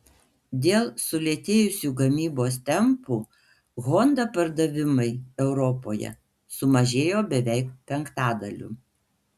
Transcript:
dėl sulėtėjusių gamybos tempų honda pardavimai europoje sumažėjo beveik penktadaliu